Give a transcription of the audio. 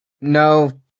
No